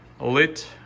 lit